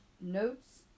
Notes